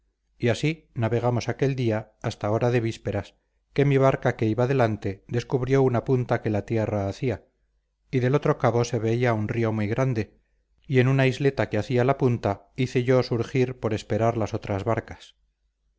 y así navegamos aquel día hasta hora de vísperas que mi barca que iba delante descubrió una punta que la tierra hacía y del otro cabo se veía un río muy grande y en una isleta que hacía la punta hice yo surgir por esperar las otras barcas